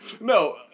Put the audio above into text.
No